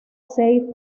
seis